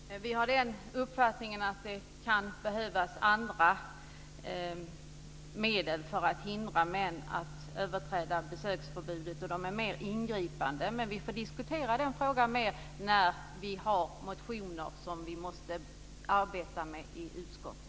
Herr talman! Vi har den uppfattningen att det kan behövas andra medel för att hindra män från att överträda besöksförbudet, och de är mer ingripande. Men vi får diskutera den frågan mer när vi arbetar med motioner i utskottet.